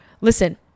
Listen